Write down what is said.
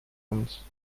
uns